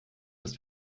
ist